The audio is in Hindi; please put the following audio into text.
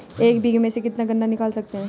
एक बीघे में से कितना गन्ना निकाल सकते हैं?